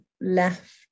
left